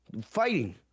Fighting